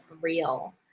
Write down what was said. real